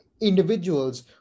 individuals